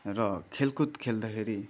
र खेलकुद खेल्दाखेरि